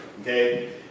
okay